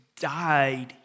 died